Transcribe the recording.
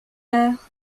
heure